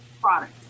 products